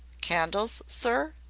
candles, sir?